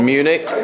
Munich